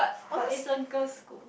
but it's a girls' school